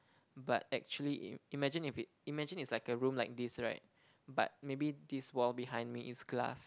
but actually imagine if it imagine is like a room like this right but maybe this wall behind me is glass